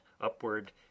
upward